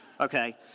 Okay